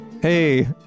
Hey